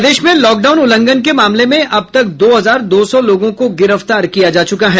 प्रदेश में लॉकडाउन उल्लंघन के मामले में अब तब दो हजार दो सौ लोगों को गिरफ्तार किया जा चुका है